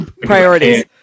Priorities